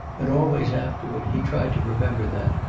and always afterward he tried to remember that,